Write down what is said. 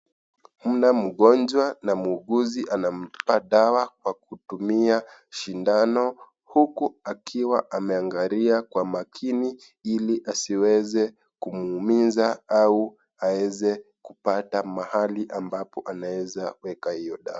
Mna mgonjwa na muuguzi anampa dawa kwa kutumia shindano huku akiwa ameangalia kwa maakini ili asiweze kumuumiza au aeze kupata mahali ambapo anaeza weka hiyo dawa.